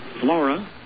Flora